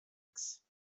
saxe